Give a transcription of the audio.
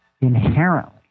inherently